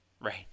Right